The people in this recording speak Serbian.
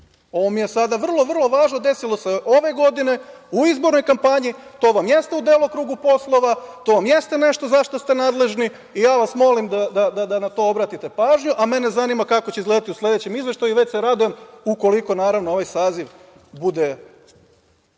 ovo je sada vrlo važno, desilo se ove godine, u izbornoj kampanji, to vam jeste u delokrugu poslova, to vam jeste nešto za šta ste nadležni i ja vas molim da na to obratite pažnju, a mene zanima kako će izgledati u sledećem izveštaju, već se radujem, ukoliko, naravno, ovaj saziv bude